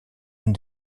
unes